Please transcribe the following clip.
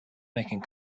making